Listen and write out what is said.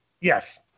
Yes